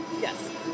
Yes